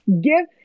give